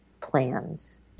plans